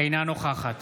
אינה נוכחת